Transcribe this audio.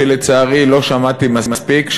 שלצערי לא שמעתי מספיק,